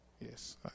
Yes